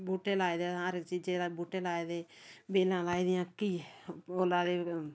बूहटे लाए दे हर चीजे दा बूह्टे लाए दे बेलां लाई दियां घिये ओह् लाए दे